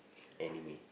anime